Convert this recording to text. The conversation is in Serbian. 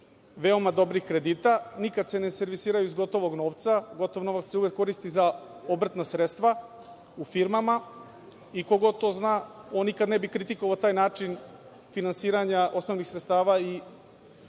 veoma dobrih kredita. Nikada se ne servisiraju iz gotovog novca, gotov novac se uvek koristi za obrtna sredstva u firmama i ko god to zna on nikada ne bi kritikovao taj način finansiranja osnovnih sredstava i